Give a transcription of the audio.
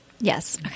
Yes